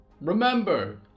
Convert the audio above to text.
Remember